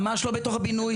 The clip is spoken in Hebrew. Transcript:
ממש לא בתוך הבינוי,